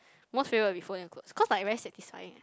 most favourite will be folding the clothes cause like very satisfying eh